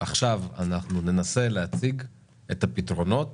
עכשיו אנחנו ננסה להציג את הפתרונות